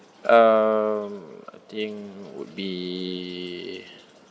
um I think would be